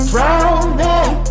Drowning